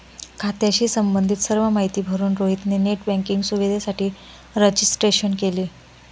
खात्याशी संबंधित सर्व माहिती भरून रोहित ने नेट बँकिंग सुविधेसाठी रजिस्ट्रेशन केले